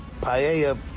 paella